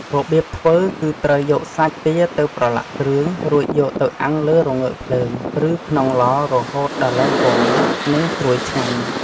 របៀបធ្វើគឺត្រូវយកសាច់ទាទៅប្រឡាក់គ្រឿង រួចយកទៅអាំងលើរងើកភ្លើង ឬក្នុងឡរហូតដល់ឡើងពណ៌មាស និងស្រួយឆ្ងាញ់។